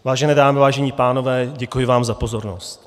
Vážené dámy, vážení pánové, děkuji vám za pozornost.